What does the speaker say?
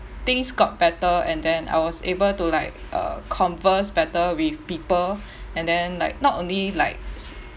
things got better and then I was able to like uh converse better with people and then like not only like